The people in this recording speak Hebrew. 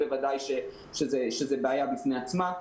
בוודאי שזו בעיה בפני עצמה,